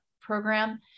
program